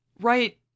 right